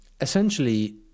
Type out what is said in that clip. essentially